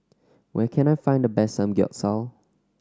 where can I find the best Samgyeopsal